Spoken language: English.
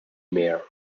mair